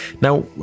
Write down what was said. Now